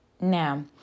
now